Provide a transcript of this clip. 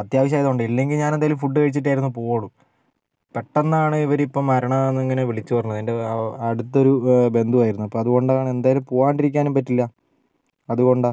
അത്യാവശ്യമായതുകൊണ്ടാണ് ഇല്ലെങ്കിൽ ഞാനെന്തായാലും ഫുഡ് കഴിച്ചിട്ടായിരുന്നു പൂവൊളൂ പെട്ടന്നാണ് ഇവർ ഇപ്പം മരണാന്നിങ്ങനെ വിളിച്ച് പറഞ്ഞത് എൻ്റെ അടുത്തൊരു ബന്ധുവായിരുന്നു അപ്പോൾ അതുകൊണ്ടാണ് എന്തായാലും പൂവാണ്ടിരിക്കാനും പറ്റില്ല അതുകൊണ്ടാണ്